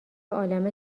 عالمه